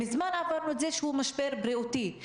מזמן עברנו את זה שהוא משבר בריאותי.